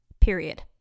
period